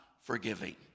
forgiving